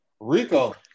Rico